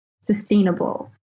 sustainable